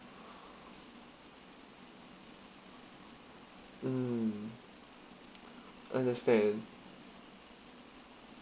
mm understand